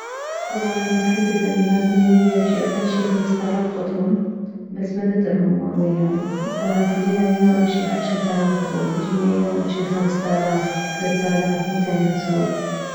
طبعا اني محددة انه لازم يومية امشي اقل شي خمستالاف خطوة بس مدترهم وياي فتجيني ايام امشي عشرتالاف خطوة تجيني ايام امشي خمستالاف ثلاث الاف مو دائما سوه